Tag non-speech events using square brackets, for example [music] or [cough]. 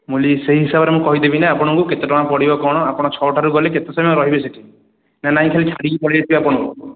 [unintelligible] ମୁଁ ସେଇ ହିସାବରେ କହିଦେବି ନା ଆପଣଙ୍କୁ କେତେ ଟଙ୍କା ପଡ଼ିବ କ'ଣ ଆପଣ ଛଅଟାରୁ ଗଲେ କେତେ ସମୟ ରହିବେ ସେଠି ନା ନାହିଁ ଛାଡ଼ିକି ପଳାଇ ଆସିବି ଆପଣଙ୍କୁ